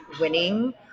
winning